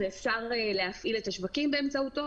ואפשר להפעיל את השווקים באמצעותו.